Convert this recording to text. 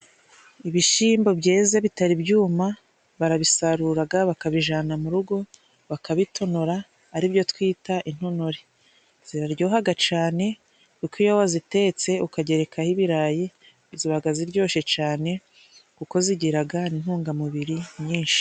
Ibishimbo byeze bitari byuma barabisaruraga, bakabijana mu rugo, bakabitonora ari byo twita intonore. Ziraryohaga cane kuko iyo wazitetse ukagerekaho ibirayi, zibaga ziryoshe cane kuko zigiraga n'intungamubiri nyinshi.